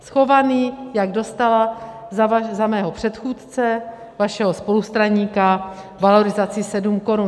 Schovaný, jak dostala za mého předchůdce, vašeho spolustraníka, valorizaci 7 korun.